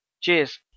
Cheers